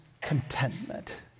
contentment